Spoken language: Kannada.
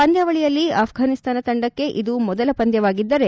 ಪಂದ್ಕಾವಳಿಯಲ್ಲಿ ಆಫ್ಲಾನಿಸ್ತಾನ ತಂಡಕ್ಕೆ ಇದು ಮೊದಲ ಪಂದ್ಕವಾಗಿದ್ದರೆ